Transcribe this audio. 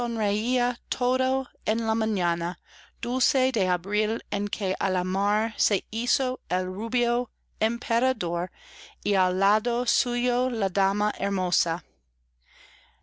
en la mañana dulce de abril en que á la mar se hizo el rubio emperador y al lado suyo la dama hermosa